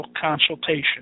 consultation